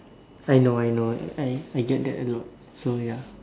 I know I know I I get that a lot so ya